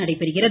நடைபெறுகிறது